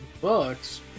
books